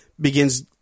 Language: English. begins